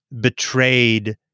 betrayed